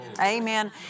Amen